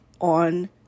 on